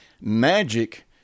Magic